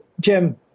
Jim